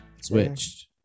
switched